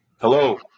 Hello